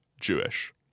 Jewish